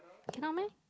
cannot meh